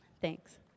Thanks